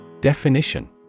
Definition